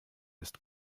ist